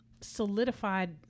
solidified